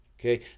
Okay